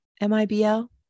M-I-B-L